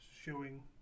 showing